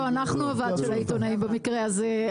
לא, אנחנו הוועד של העיתונאים במקרה הזה.